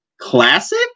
classic